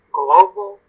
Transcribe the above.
global